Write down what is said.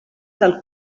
del